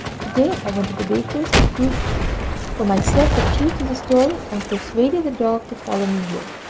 to-day i went to the baker's, to prove for myself the truth of the story, and persuaded the dog to follow me here.